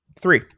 Three